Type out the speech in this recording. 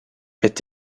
est